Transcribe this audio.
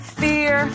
fear